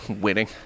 winning